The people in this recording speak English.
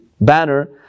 banner